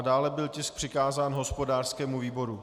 Dále byl tisk přikázán hospodářskému výboru.